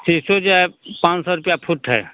सीसोदिया है पाँच सौ रुपया फुट है